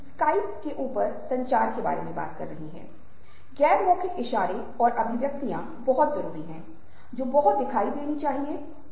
आप अपने आप को उनके जूते में रखते हैं और महसूस करते हैं कि वे क्या महसूस कर रहे हैं जो आप सहानुभूति में नहीं करते हैं